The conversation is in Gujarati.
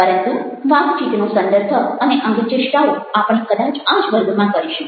પરંતુ વાતચીતનો સંદર્ભ અને અંગચેષ્ટાઓ આપણે કદાચ આ જ વર્ગમાં કરીશું